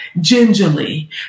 gingerly